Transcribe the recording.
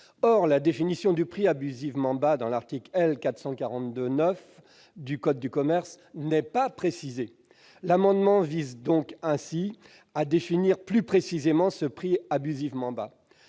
Or la définition du prix abusivement bas dans l'article L. 442-9 du code de commerce n'est pas précisée. L'amendement vise ainsi à définir plus précisément le prix abusivement bas.